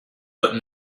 but